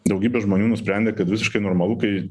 daugybė žmonių nusprendė kad visiškai normalu kai